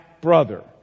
brother